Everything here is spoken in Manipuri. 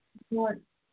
ꯍꯣꯏ